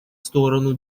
сторону